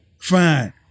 Fine